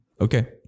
Okay